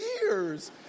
years